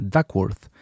Duckworth